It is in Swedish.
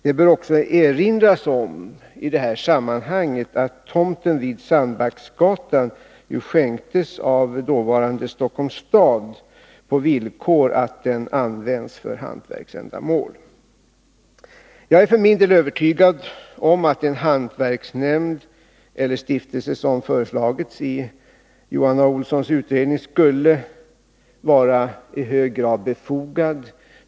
Det bör i detta sammanhang också erinras om att tomten vid Sandbacksgatan skänktes av dåvarande Stockholms stad på villkor att den användes för hantverksändamål. Jag är för min del övertygad om att en hantverksnämnd eller den stiftelse som föreslagits i Johan A. Olssons utredning skulle vara i hög grad befogad.